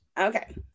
okay